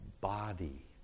body